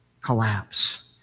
collapse